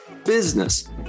business